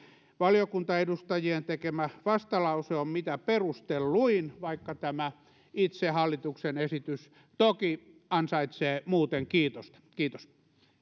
valiokuntaedustajien tekemä vastalause on mitä perustelluin vaikka tämä itse hallituksen esitys toki ansaitsee muuten kiitosta kiitos